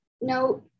no